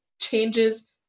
changes